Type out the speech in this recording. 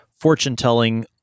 fortune-telling